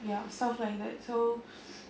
ya sounds like that so